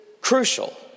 crucial